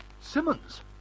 Simmons